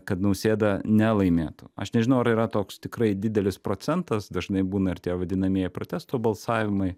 kad nausėda nelaimėtų aš nežinau ar yra toks tikrai didelis procentas dažnai būna ir tie vadinamieji protesto balsavimai